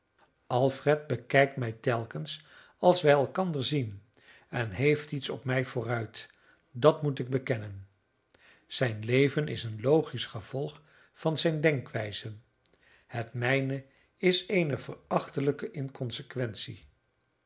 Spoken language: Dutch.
alfred bekijkt mij telkens als wij elkander zien en heeft iets op mij vooruit dat moet ik bekennen zijn leven is een logisch gevolg van zijne denkwijs het mijne is eene verachtelijke inconsequentie